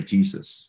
Jesus